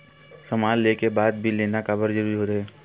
समान ले के बाद बिल लेना काबर जरूरी होथे?